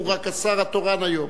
הוא רק השר התורן היום.